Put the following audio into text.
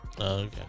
okay